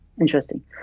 interesting